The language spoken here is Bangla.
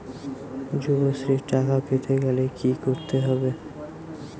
যুবশ্রীর টাকা পেতে গেলে কি করতে হবে?